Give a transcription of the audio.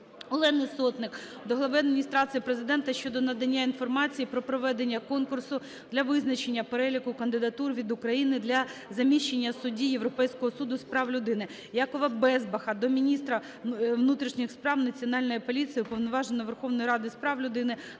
Олени Сотник до глави Адміністрації Президента щодо надання інформації про проведення конкурсу для визначення переліку кандидатур від України для заміщення судді Європейського суду з прав людини. Якова Безбаха до Міністерства внутрішніх справ, Національної поліції, Уповноваженого Верховної Ради з прав людини,